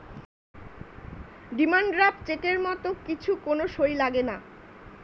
demand draft চেকের মত কিছু কোন সই লাগেনা